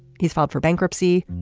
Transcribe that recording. he's filed for bankruptcy.